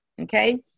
okay